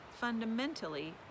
fundamentally